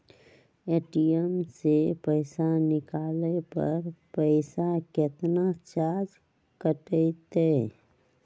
ATM से पईसा निकाले पर पईसा केतना चार्ज कटतई?